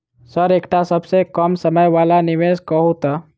Sir एकटा सबसँ कम समय वला निवेश कहु तऽ?